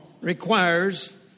requires